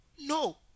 No